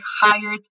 hired